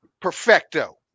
Perfecto